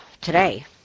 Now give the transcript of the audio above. today